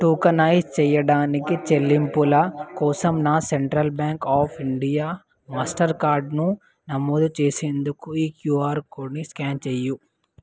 tokenise చెయ్యడానికి చెల్లింపుల కోసం నా central bank of India master కాడ్ను నమోదు చేసేందుకు ఈ క్యూఆర్ కోడ్ని స్క్యాన్ చెయ్యి